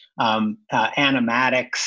animatics